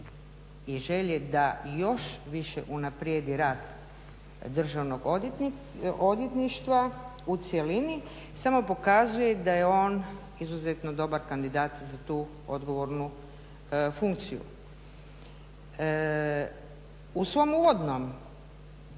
i želje da još više unaprijedi rat državnog odvjetništva u cjelini samo pokazuje da je on izuzetno dobar kandidat za tu odgovornu funkciju. U svom uvodnom